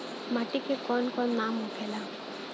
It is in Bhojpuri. माटी के कौन कौन नाम होखेला?